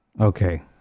Okay